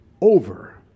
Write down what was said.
over